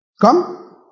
Come